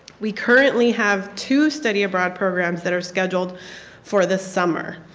we currently have two study abroad programs that are scheduled for the summer.